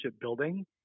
building